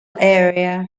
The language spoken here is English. area